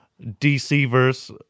DC-verse